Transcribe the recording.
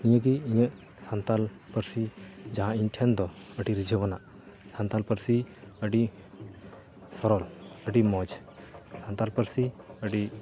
ᱱᱤᱭᱟᱹᱜᱮ ᱤᱧᱟᱹᱜ ᱥᱟᱱᱛᱟᱲ ᱯᱟᱹᱨᱥᱤ ᱡᱟᱦᱟᱸ ᱤᱧᱴᱷᱮᱱᱫᱚ ᱟᱹᱰᱤ ᱨᱤᱡᱷᱟᱹᱣᱼᱟᱱᱟᱜ ᱥᱟᱱᱛᱟᱲ ᱯᱟᱹᱨᱥᱤ ᱟᱹᱰᱤ ᱥᱚᱨᱚᱞ ᱟᱹᱰᱤ ᱢᱚᱡᱽ ᱥᱟᱱᱛᱟᱲ ᱯᱟᱹᱨᱥᱤ ᱟᱹᱰᱤ